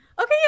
okay